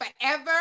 forever